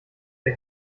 der